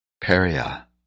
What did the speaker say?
Peria